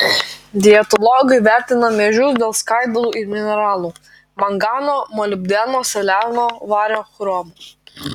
dietologai vertina miežius dėl skaidulų ir mineralų mangano molibdeno seleno vario chromo